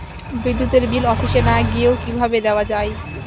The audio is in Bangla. বিদ্যুতের বিল অফিসে না গিয়েও কিভাবে দেওয়া য়ায়?